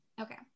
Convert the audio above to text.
Okay